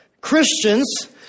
Christians